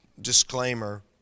disclaimer